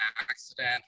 accident